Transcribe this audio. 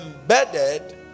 embedded